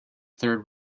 third